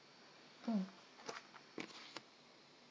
mm